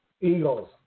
Eagles